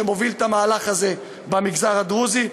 שמוביל את המהלך הזה במגזר הדרוזי,